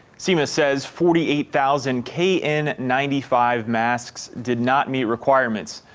sema says forty eight thousand k n ninety five masks did not meet requirement.